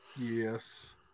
Yes